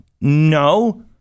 No